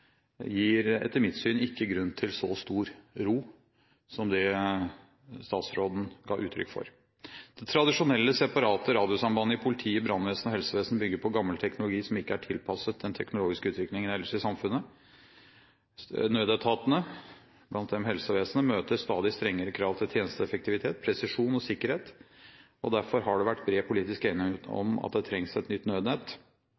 gir etter mitt syn ikke grunn til så stor ro som det statsråden ga uttrykk for. Det tradisjonelle, separate radiosambandet i politi, brannvesen og helsevesen bygger på gammel teknologi som ikke er tilpasset den teknologiske utviklingen ellers i samfunnet. Nødetatene, blant dem helsevesenet, møter stadig strengere krav til tjenesteeffektivitet, presisjon og sikkerhet, og derfor har det vært bred politisk enighet